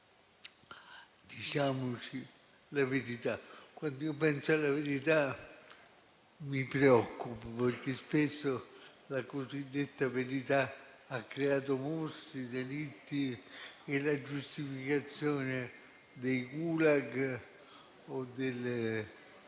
diciamoci la verità. Quando penso alla verità mi preoccupo, perché spesso la cosiddetta verità ha creato mostri, delitti e la giustificazione dei *gulag* o delle